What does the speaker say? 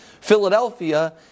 Philadelphia